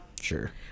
Sure